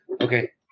Okay